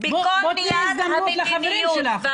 בכל --- המדיניות,